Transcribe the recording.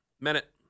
minute